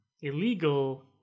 illegal